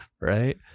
Right